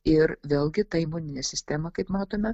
ir vėlgi ta imuninė sistema kaip matome